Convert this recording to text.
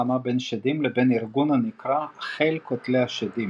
מלחמה בין שדים לבין ארגון הנקרא "חיל קוטלי שדים"